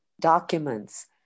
documents